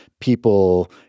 people